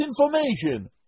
information